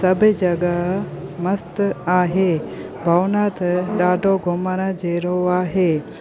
सब जॻह मस्तु आहे भवनाथ ॾाढो घुमण जहिड़ो आहे